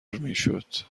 میشد